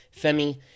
Femi